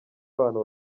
abantu